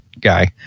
guy